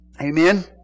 Amen